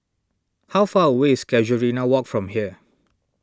how far away is Casuarina Walk from here